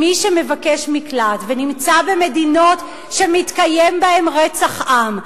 מי שמבקש מקלט ונמצא במדינות שמתקיים בהן רצח עם,